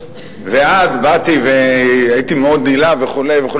ואז באתי והייתי מאוד נלהב וכו' וכו'.